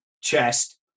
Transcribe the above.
chest